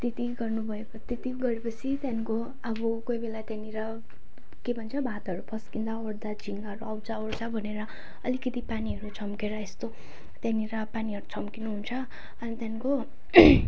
त्यति गर्नु भयो त्यति गरे पछि त्यहाँको अब कोही बेला त्यहाँनेर के भन्छ भातहरू पस्कँदा ओर्दा झिँगाहरू आउँछ ओर्छ भनेर अलिकति पानीहरू छम्केर यस्तो त्यहाँनेर पानीहरू छम्कनु हुन्छ अनि त्यहाँको